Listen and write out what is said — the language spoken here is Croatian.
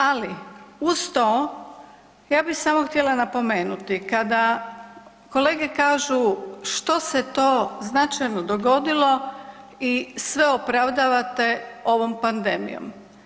Ali uz to ja bi samo htjela napomenuti kada kolege kažu što se to značajno dogodilo i sve opravdavate ovom pandemijom.